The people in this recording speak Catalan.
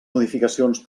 modificacions